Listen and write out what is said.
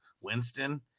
Winston